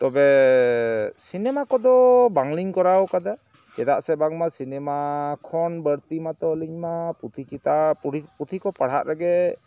ᱛᱚᱵᱮᱻᱥᱤᱱᱮᱢᱟ ᱠᱚᱫᱚ ᱵᱟᱝᱞᱤᱧ ᱠᱚᱨᱟᱣ ᱠᱟᱫᱟ ᱪᱮᱫᱟᱜ ᱥᱮ ᱵᱟᱝᱢᱟ ᱥᱤᱱᱮᱢᱟ ᱠᱷᱚᱱ ᱵᱟᱲᱛᱤ ᱢᱟᱛᱚ ᱟᱞᱤᱧᱢᱟ ᱯᱩᱛᱷᱤ ᱪᱮᱛᱟᱱ ᱯᱩᱲᱤ ᱯᱩᱛᱷᱤ ᱠᱚ ᱯᱟᱲᱦᱟᱜ ᱨᱮᱜᱮ